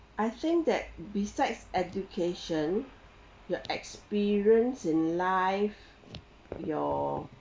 I think that besides education your experience in life your